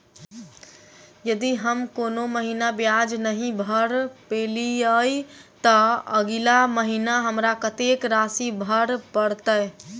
यदि हम कोनो महीना ब्याज नहि भर पेलीअइ, तऽ अगिला महीना हमरा कत्तेक राशि भर पड़तय?